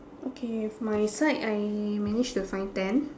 okay my side I managed to find ten